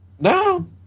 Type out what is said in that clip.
No